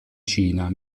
cina